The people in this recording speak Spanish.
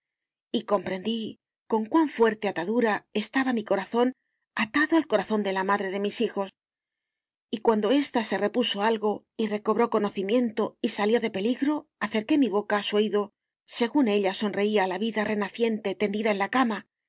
y comprendí con cuán fuerte atadura estaba mi corazón atado al corazón de la madre de mis hijos y cuando ésta se repuso algo y recobró conocimiento y salió de peligro acerqué mi boca a su oído según ella sonreía a la vida renaciente tendida en la cama